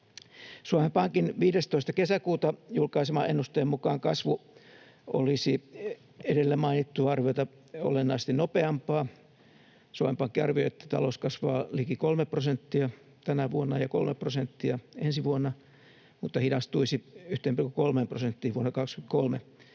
Suomen Pankin 15. kesäkuuta julkaiseman ennusteen mukaan kasvu olisi edellä mainittua arviota olennaisesti nopeampaa. Suomen Pankki arvioi, että talous kasvaa liki 3 prosenttia tänä vuonna ja 3 prosenttia ensi vuonna mutta hidastuisi 1,3 prosenttiin vuonna 23